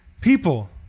people